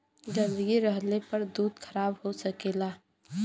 गन्दगी रहले पर दूध खराब हो सकेला